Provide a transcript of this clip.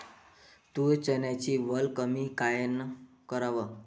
तूर, चन्याची वल कमी कायनं कराव?